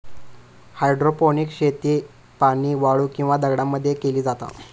hydroponics शेती पाणी, वाळू किंवा दगडांमध्ये मध्ये केली जाता